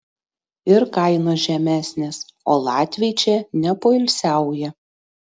ir kainos žemesnės o latviai čia nepoilsiauja